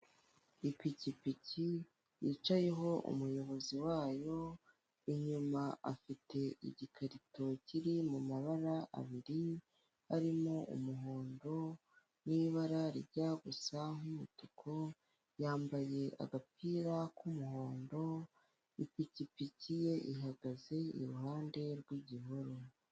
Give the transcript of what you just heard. Ipikipiki yicayeho umuyobozi wayo, inyuma afite igikarito kiri mu mabara abiri arimo umuhondo n'ibara rijya gusa nk'umutuku, yambaye agapira k'umuhondo, ipikipiki ye ihagaze iruhande rw'igihuru.